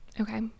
Okay